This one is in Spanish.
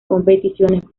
competiciones